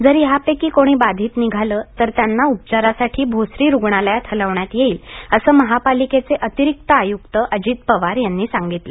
जर यापैकी कोणी बाधित निघाले तर त्यांना उपचारासाठी भोसरी रुग्णालयात हलवण्यात येईल असं पालिकेचे अतिरिक्त आयुक्त अजित पवार यांनी सांगितलं